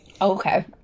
Okay